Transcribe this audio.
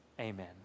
amen